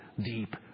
deep